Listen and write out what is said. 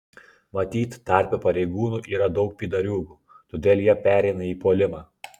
matyt tarpe pareigūnų yra daug pydariūgų todėl jie pereina į puolimą